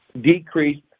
decreased